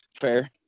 fair